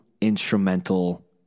instrumental